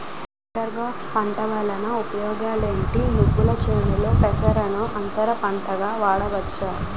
Inter crops పంట వలన ఉపయోగం ఏమిటి? నువ్వుల చేనులో పెసరను అంతర పంటగా వేయవచ్చా?